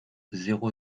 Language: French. zéro